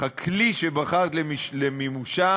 אך הכלי שבחרת למימושה